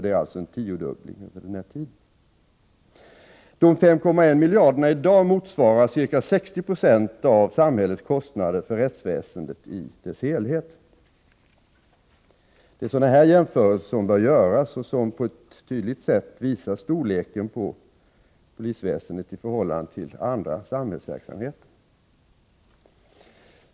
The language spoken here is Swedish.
Det har alltså skett en tiodubbling under den här tiden. De 5,1 miljarderna i dag motsvarar ca 60 90 av samhällets kostnader för rättsväsendet i dess helhet. — Det är sådana jämförelser som bör göras och som på ett tydligt sätt visar storleken på polisväsendet i förhållande till andra samhällsverksamheter.